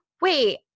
wait